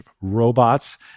robots